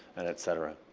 and et cetera.